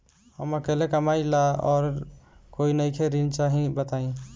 हम अकेले कमाई ला और कोई नइखे ऋण चाही बताई?